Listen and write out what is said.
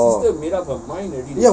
oh